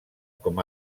com